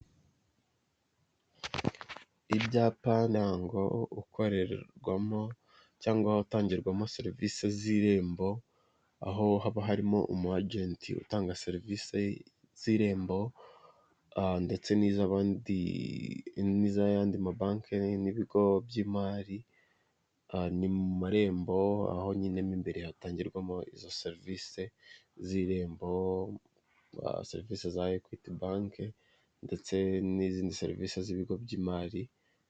Ibyapa ntango ukorerwamo cyangwa utangirwamo serivisi z'irembo, aho haba harimo umu ajenti utanga serivisi z'irembo, aha ndetse n'iz'abandi, n'iz'ayandi mabanke n'ibigo by'imari a ni marembo aho mo imbere hatangirwamo izo serivisi z' irembo, ba serivisi za ekwiti banke ndetse n'izindi serivisi z'ibigo by'imari.